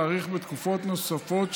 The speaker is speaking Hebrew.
להאריך בתקופות נוספות,